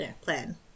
plan